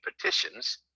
petitions